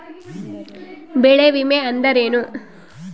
ಬೆಳೆ ವಿಮೆ ಅಂದರೇನು?